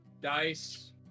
dice